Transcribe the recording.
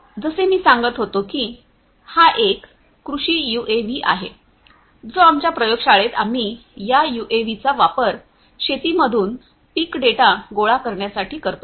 जसे मी सांगत होतो की हा एक कृषी यूएव्ही आहे जो आमच्या प्रयोगशाळेत आम्ही या यूएव्हीचा वापर शेतीमधून पीक डेटा गोळा करण्यासाठी करतो